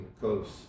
coast